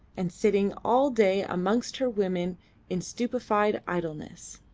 and sitting all day amongst her women in stupefied idleness.